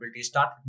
start